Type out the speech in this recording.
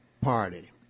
party